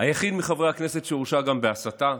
היחיד מחברי הכנסת שהורשע גם בהסתה,